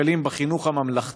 שקלים בחינוך הממלכתי.